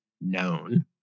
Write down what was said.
known